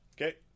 Okay